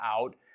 out